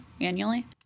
annually